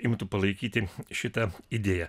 imtų palaikyti šitą idėją